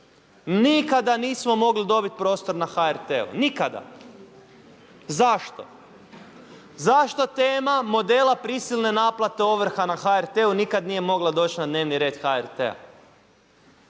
nikada nismo mogli dobiti prostor na HRT-u, nikada. Zašto? Zašto tema modele prisilne naplate ovrha na HRT-u nikada nije mogla doći na dnevni red HRT-a?